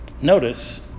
Notice